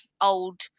old